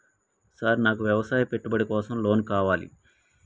Sir నాకు వ్యవసాయ పెట్టుబడి కోసం లోన్ కావాలి?